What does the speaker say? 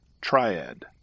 Triad